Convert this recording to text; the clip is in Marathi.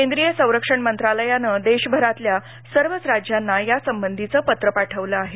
केंद्रीय संरक्षण मंत्रालयाने देशभरातील सर्वच राज्यांना यासंबंधीचे पत्र पाठविले आहे